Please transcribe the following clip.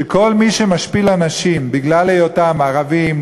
שכל מי שמשפיל אנשים בגלל היותם ערבים,